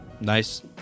Nice